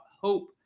hope